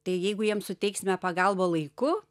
tai jeigu jiem suteiksime pagalbą laiku